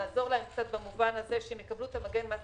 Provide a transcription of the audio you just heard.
נעזור להם קצת במובן הזה שהם יקבלו את מגן המס